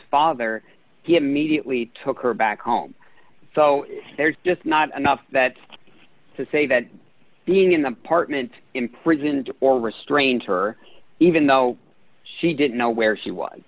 father he immediately took her back home so there's just not enough that to say that being in the apartment imprisoned or restrained her even though she didn't know where she was